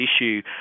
issue